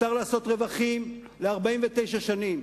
מותר לעשות רווחים ל-49 שנים.